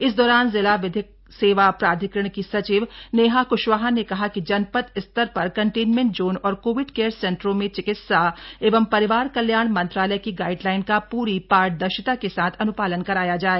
इस दौरान जिला विधिक सेवा प्राधिकरण की सचिव नेहा क्शवाहा ने कहा कि जनपद स्तर पर कन्टेनमेंट जोन और कोविड केयर सेन्टरों में चिकित्सा एवं परिवार कल्याण मंत्रालय की गाइडलाइन का पूरी पारदर्शिता के साथ अन्पालन कराया जाए